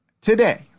today